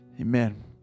amen